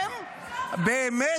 צר לי מאוד,